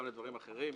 גם לדברים אחרים.